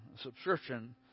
subscription